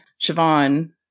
Siobhan